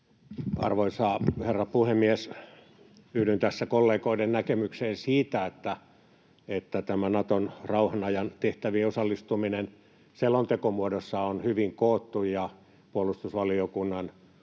Arvoisa herra puhemies! Yhdyn tässä kollegoiden näkemykseen siitä, että tämä Naton rauhanajan tehtäviin osallistuminen on selontekomuodossa hyvin koottu ja puolustusvaliokunnan